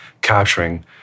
capturing